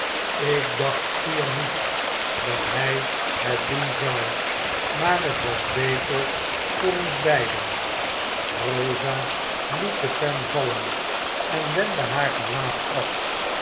ik dacht schier niet dat hij het doen zou maar het was beter voor ons beiden rosa liet de pen vallen en wendde haar gelaat af